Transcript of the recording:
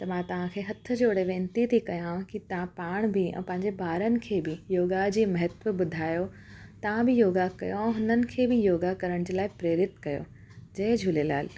त मां तव्हांखे हथु जोड़े वेनती थी कयां की तव्हां पाण ऐं पंहिंजे ॿारनि खे बि योगा जे महत्व ॿुधायो तव्हां बि योगा कयो ऐं हुननि खे बि योगा करण जे लाइ प्रेरित कयो जय झूलेलाल